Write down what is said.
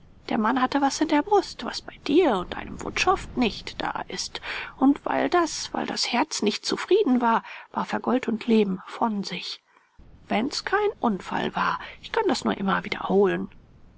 der mann hatte was in der brust was bei dir und deinem wutschow nicht da ist und weil das weil das herz nicht zufrieden war warf er gold und leben von sich wenn's kein unfall war ich kann das nur immer wiederholen